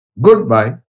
goodbye